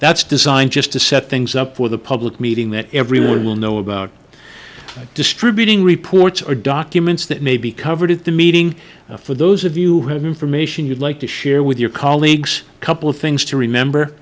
that's designed just to set things up for the public meeting that everyone will know about distributing reports or documents that may be covered at the meeting for those of you have information you'd like to share with your colleagues a couple of things to remember